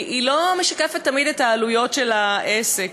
לא משקפת תמיד את העלויות של העסק.